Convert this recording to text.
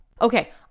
okay